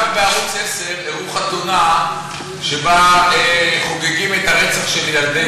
עכשיו בערוץ 10 הראו חתונה שבה חוגגים את הרצח של ילדי דומא.